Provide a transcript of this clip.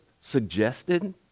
suggested